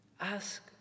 Ask